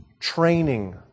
Training